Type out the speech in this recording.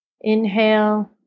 inhale